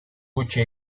gutxi